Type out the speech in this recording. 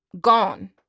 Gone